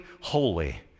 holy